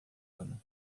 ano